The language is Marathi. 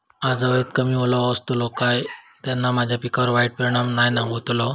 आज हवेत कमी ओलावो असतलो काय त्याना माझ्या पिकावर वाईट परिणाम नाय ना व्हतलो?